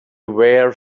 were